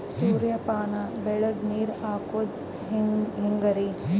ಸೂರ್ಯಪಾನ ಬೆಳಿಗ ನೀರ್ ಹಾಕೋದ ಹೆಂಗರಿ?